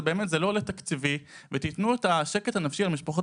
זה לא תקציבי ותתנו את השקט הנפשי למשפחות